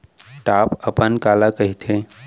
Top अपन काला कहिथे?